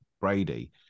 Brady